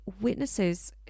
witnesses